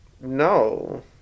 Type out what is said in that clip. No